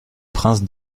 prince